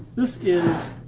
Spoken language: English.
this is